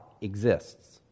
exists